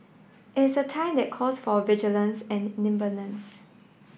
it's a time that calls for vigilance and nimbleness